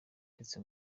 ndetse